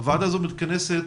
הוועדה הזו מתכנסת